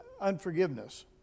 unforgiveness